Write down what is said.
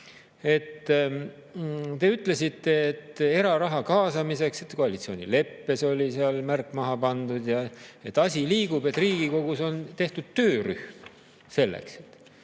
Te ütlesite, et eraraha kaasamiseks on koalitsioonileppes märk maha pandud, asi liigub, ja et Riigikogus on tehtud töörühm selleks.